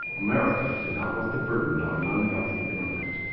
america did not want the burden of an unhealthy immigrant